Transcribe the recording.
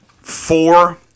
four